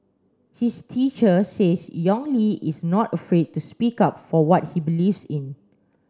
his teacher says Yong Li is not afraid to speak up for what he believes in